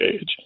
age